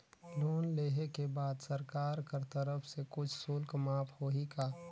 Loan लेहे के बाद सरकार कर तरफ से कुछ शुल्क माफ होही का?